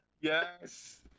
Yes